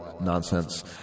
nonsense